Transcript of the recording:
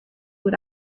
what